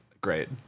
Great